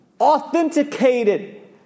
Authenticated